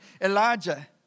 Elijah